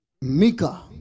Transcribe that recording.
Mika